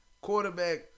Quarterback